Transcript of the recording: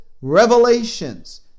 revelations